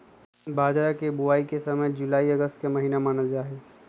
बाजरा के बुवाई के समय जुलाई अगस्त के महीना मानल जाहई